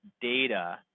data